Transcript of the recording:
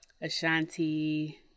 Ashanti